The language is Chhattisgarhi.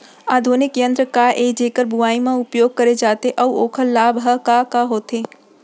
आधुनिक यंत्र का ए जेकर बुवाई म उपयोग करे जाथे अऊ ओखर लाभ ह का का होथे?